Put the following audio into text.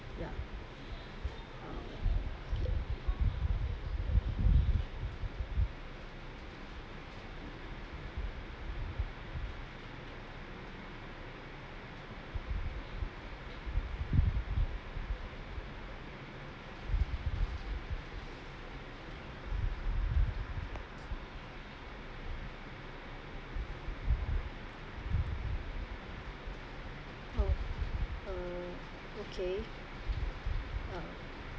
ya um uh okay